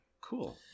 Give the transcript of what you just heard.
Cool